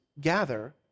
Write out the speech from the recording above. gather